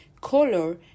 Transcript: color